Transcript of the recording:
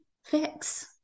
Fix